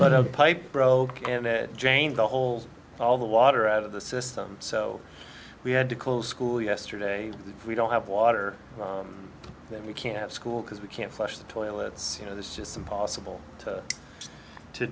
but a pipe broke and it jane the holes all the water out of the system so we had to close school yesterday if we don't have water then we can't school because we can't flush the toilets you know that's just impossible to